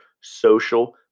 social